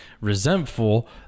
resentful